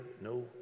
No